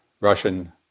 Russian